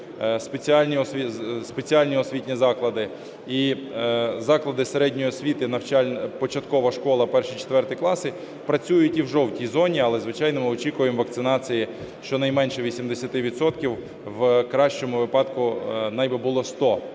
спеціальні освітні заклади і заклади середньої освіти, початкова школа (1-4 класи) працюють і в жовтій зоні. Але, звичайно, очікуємо вакцинації щонайменше 80 відсотків, у кращому випадку най би було 100